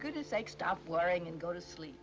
goodness sake stop worrying and go to sleep